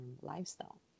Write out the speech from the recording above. lifestyle